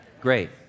Great